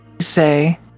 Say